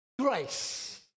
Grace